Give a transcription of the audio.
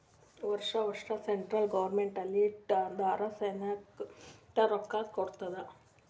ವರ್ಷಾ ವರ್ಷಾ central government ಮಿಲ್ಟ್ರಿಗ್ ಅಂದುರ್ ಸೈನ್ಯಾಕ್ ಅಂತ್ ರೊಕ್ಕಾ ಕೊಡ್ತಾದ್